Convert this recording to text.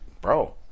bro